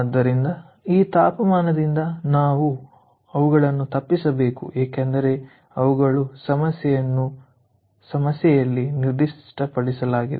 ಆದ್ದರಿಂದ ಈ ತಾಪಮಾನದಿಂದ ನಾವು ಅವುಗಳನ್ನು ತಪ್ಪಿಸಬೇಕು ಏಕೆಂದರೆ ಅವುಗಳ ಸಮಸ್ಯೆಯಲ್ಲಿ ನಿರ್ದಿಷ್ಟಪಡಿಸಲಾಗಿದೆ